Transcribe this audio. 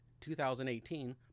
2018